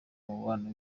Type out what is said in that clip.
umubano